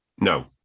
No